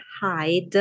hide